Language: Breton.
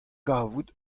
kavout